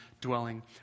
dwelling